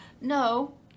no